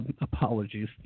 apologies